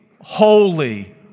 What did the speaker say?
holy